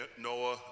Noah